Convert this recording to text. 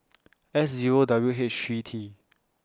S Zero W H three T